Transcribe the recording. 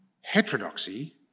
heterodoxy